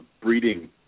breeding